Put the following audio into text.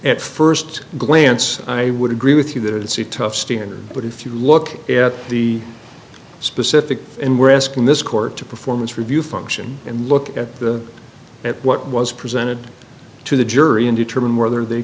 at first glance i would agree with you that it's a tough standard but if you look at the specific end we're asking this court to performance review function and look at the at what was presented to the jury and determine whether they